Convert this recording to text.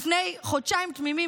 לפני חודשיים תמימים,